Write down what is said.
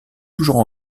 toujours